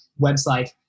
website